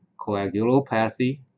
coagulopathy